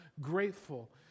grateful